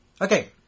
Okay